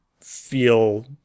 feel